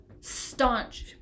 Staunch